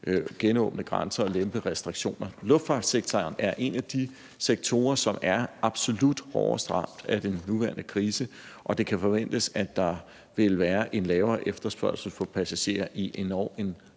genåbne grænser og lempe restriktioner. Luftfartssektoren er en af de sektorer, som er absolut hårdest ramt af den nuværende krise, og det kan forventes, at der også efter krisen vil være en lavere efterspørgsel fra passagerer i en endog